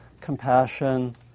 compassion